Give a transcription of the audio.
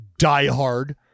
diehard